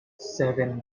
seven